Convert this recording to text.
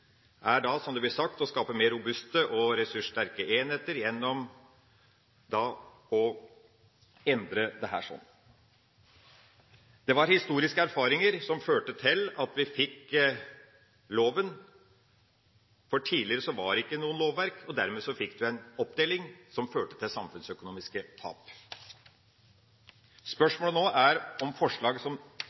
er da, som det ble sagt, å skape mer robuste og ressurssterke enheter gjennom å endre dette. Det var historiske erfaringer som førte til at vi fikk loven. Tidligere var det ikke noe lovverk, og dermed fikk man en oppdeling som førte til samfunnsøkonomiske tap. Spørsmålet nå er om et forslag som